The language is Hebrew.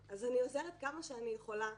אז אני עוזרת כמה שאני יכולה,